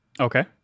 Okay